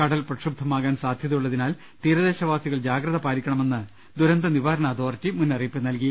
കടൽ പ്രക്ഷു ബ്ധമാകാൻ സാധ്യതയുള്ളതിനാൽ തീരദേശവാസികൾ ജാഗ്രത പാലിക്കണമെന്ന് ദുരന്ത നിവാരണ അതോറിറ്റി മുന്നറിയിപ്പുനൽകി